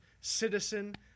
citizen